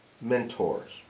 mentors